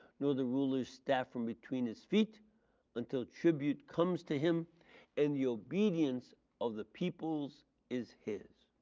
nor the ruler's staff from between his feet until tribute comes to him and the obedience of the peoples is his.